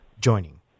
joining